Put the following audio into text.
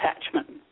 attachment